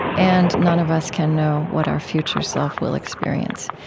and none of us can know what our future self will experience.